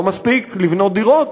לא מספיק לבנות דירות,